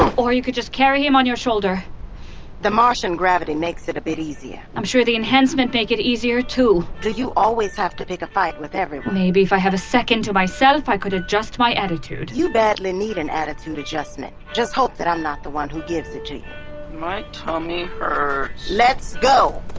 or you could just carry him on your shoulder the martian gravity makes it a bit easier i'm sure the enhancements make it easier, too do you always have to pick a fight with everyone? maybe if i had a second to myself, i could adjust my attitude you badly need an attitude adjustment. just hope that i'm not the one who gives it to you my tummy hurts let's go!